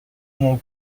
mon